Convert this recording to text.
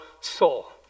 soul